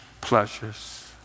pleasures